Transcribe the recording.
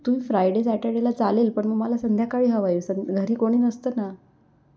तुम्ही फ्रायडे सॅटर्डेला चालेल पण मग मला संध्याकाळी हवं आहे सं घरी कोणी नसतं ना